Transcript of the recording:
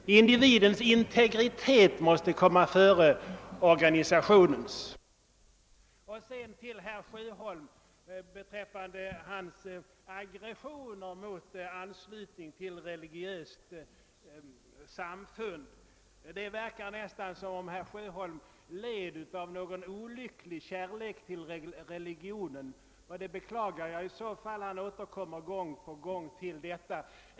Individens «integritet måste komma före organisationens. Sedan vill jag säga till herr Sjöholm med anledning av hans aggressioner mot anslutning till religiöst samfund, att det nästan verkar, som om herr Sjöholm led av någon olycklig kärlek till religionen. Det beklagar jag i så fall. Han återkommer gång på gång till detta.